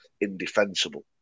indefensible